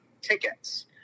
tickets